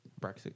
Brexit